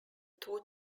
two